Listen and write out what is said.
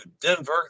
Denver